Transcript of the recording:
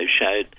showed